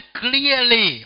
clearly